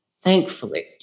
Thankfully